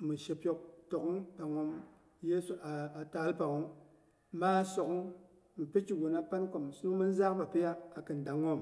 mi she pyok to'gh panghom yesu a taal pangnwu. Maa so'gh mipi kigum panko mipiwu, min zagh bapiya akin danghom.